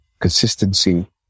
consistency